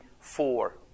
four